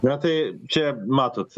na tai čia matot